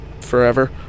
forever